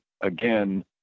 again